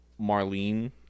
Marlene